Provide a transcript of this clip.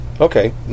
Okay